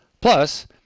Plus